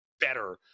better